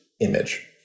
image